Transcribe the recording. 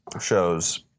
shows